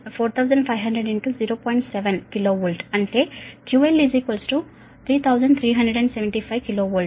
7 kilo volt అంటే QL 3375 kilo volt